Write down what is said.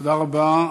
תודה רבה.